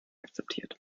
akzeptiert